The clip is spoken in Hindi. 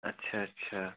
अच्छा अच्छा